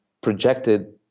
projected